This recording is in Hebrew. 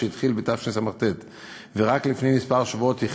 שהתחיל בתשס"ט ורק לפני שבועות מספר